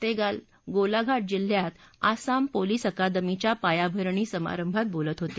ते काल गोलाघा जिल्ह्यात आसाम पोलीस अकादमीच्या पायाभरणी समारंभात बोलत होते